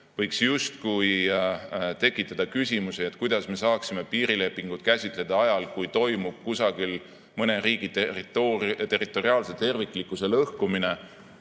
võiks tekitada küsimusi, kuidas me saaksime piirilepingut käsitleda ajal, kui toimub kusagil mõne riigi territoriaalse terviklikkuse lõhkumine